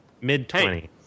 mid-20s